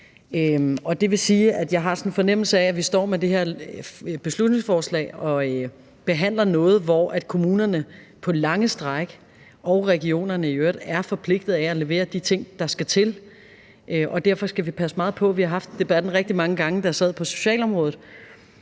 Det vil sige, at jeg har en fornemmelse af, at vi står med det her beslutningsforslag og behandler noget, hvor kommunerne og regionerne i øvrigt på lange stræk er forpligtede til at levere de ting, der skal til, og derfor skal vi passe meget på. Vi har haft debatten rigtig mange gange, da jeg sad på socialområdet,